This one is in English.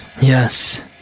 Yes